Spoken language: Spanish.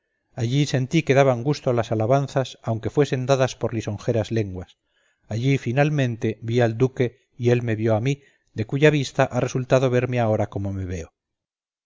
allí sentí que daban gusto las alabanzas aunque fuesen dadas por lisonjeras lenguas allí finalmente vi al duque y él me vio a mí de cuya vista ha resultado verme ahora como me veo